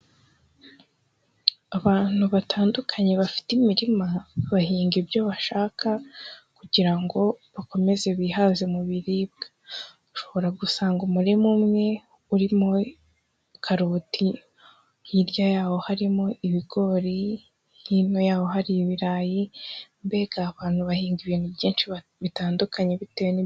Abantu batandukanye bafite imirima, bahinga ibyo bashaka kugira ngo bakomeze bihaze mu biribwa, ushobora gusanga umurima umwe urimo karoti, hirya yawo harimo ibigori, hino yaho hari ibirayi, mbega abantu bahinga ibintu byinshi bitandukanye bitewe ni...